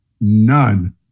None